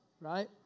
right